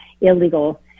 illegal